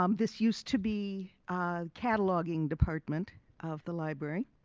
um this used to be the cataloging department of the library.